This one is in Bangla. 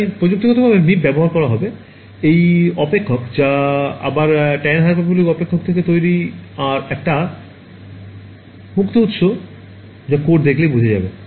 তাই প্রযুক্তিগতভাবে Meep ব্যবহার করা হবে এই অপেক্ষক যা আবার tan hyperbolic অপেক্ষক থেকে তৈরি আর এটা একটা মুক্ত উৎস যা code দেখলেই বোঝা যাবে